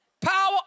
Power